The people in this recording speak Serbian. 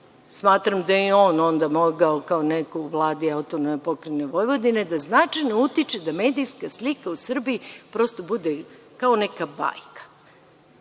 Smatram da je i on onda mogao, kao neko u Vladi AP Vojvodine, da značajno utiče da medijska slika u Srbiji prosto bude kao neka bajka